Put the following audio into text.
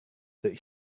that